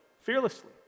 fearlessly